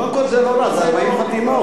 קודם כול, זה לא רע, זה 40 חתימות.